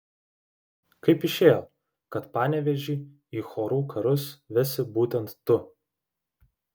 kaip išėjo kad panevėžį į chorų karus vesi būtent tu